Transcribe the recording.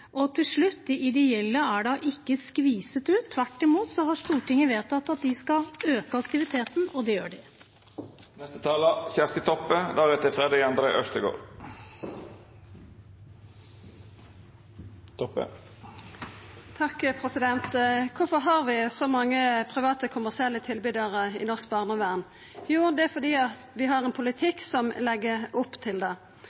overordnede. Til slutt: De ideelle er da ikke skviset ut. Tvert imot har Stortinget vedtatt at de skal øke aktiviteten, og det gjør de. Kvifor har vi så mange private, kommersielle tilbydarar i norsk barnevern? Jo, det er fordi vi har